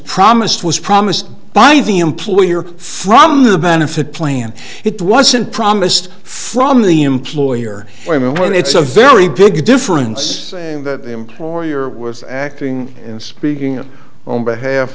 promised was promised by the employer from the benefit plan it wasn't promised from the employer i mean when it's a very big difference that employer was acting and speaking on behalf